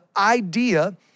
idea